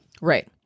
Right